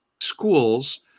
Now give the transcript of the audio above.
schools